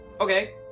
okay